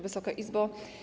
Wysoka Izbo!